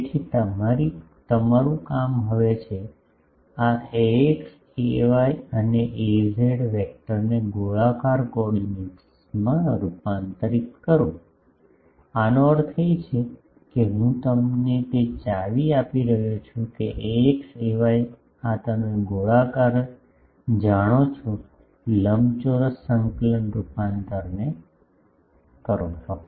તેથી તમારી કામ હવે છે આ ax ay અને az વેક્ટરને ગોળાકાર કોઓર્ડિનેટ્સમાં રૂપાંતરિત કરો આનો અર્થ એ છે કે હું તમને તે ચાવી આપી રહ્યો છું કે ax ay આ તમે ગોળાકાર જાણો છો લંબચોરસ સંકલન રૂપાંતરને ફક્ત